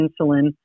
insulin